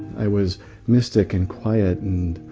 i was mystic and quiet and.